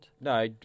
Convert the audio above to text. No